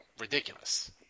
ridiculous